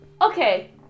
Okay